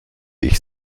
ich